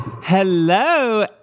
Hello